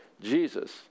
Jesus